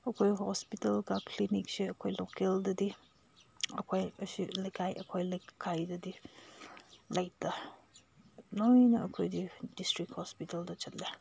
ꯑꯩꯈꯣꯏ ꯍꯣꯁꯄꯤꯇꯥꯜꯒ ꯀ꯭ꯂꯤꯅꯤꯛꯁꯦ ꯑꯩꯈꯣꯏ ꯂꯣꯀꯦꯜꯗꯗꯤ ꯑꯩꯈꯣꯏ ꯑꯁꯤ ꯂꯩꯀꯥꯏ ꯑꯩꯈꯣꯏ ꯂꯩꯀꯥꯏꯗꯗꯤ ꯂꯩꯇ ꯂꯣꯏꯅ ꯑꯩꯈꯣꯏꯗꯤ ꯗꯤꯁꯇ꯭ꯔꯤꯛ ꯍꯣꯁꯄꯤꯇꯥꯜꯗ ꯆꯠꯂꯦ